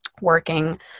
working